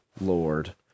Lord